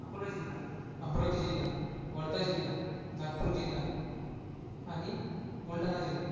अकोला जिल्हा अमरावती जिल्हा वर्धा जिल्हा नागपूर जिल्हा आणि बुलढाणा जिल्हा